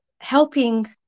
helping